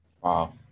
Wow